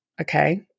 Okay